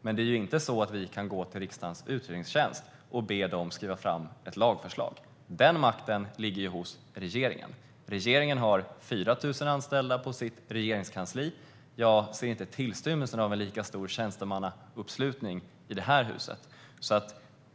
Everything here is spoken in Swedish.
Men vi kan inte gå till riksdagens utredningstjänst och be dem skriva ett lagförslag. Den makten ligger hos regeringen. Regeringen har 4 000 på sitt regeringskansli. Jag ser inte en tillstymmelse till lika stor tjänstemannauppslutning i detta hus.